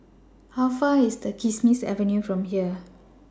How Far away IS Kismis Avenue from here